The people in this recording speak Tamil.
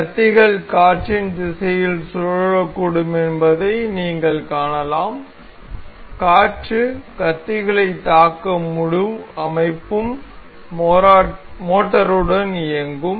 கத்திகள் காற்றின் திசையில் சுழலக்கூடும் என்பதை நீங்கள் காணலாம் காற்று கத்திகளை தாக்க முழு அமைப்பும் மோட்டாருடன் இயங்கக்கூடும்